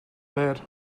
that